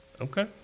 Okay